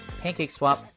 PancakeSwap